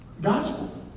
gospel